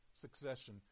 succession